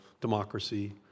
democracy